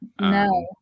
No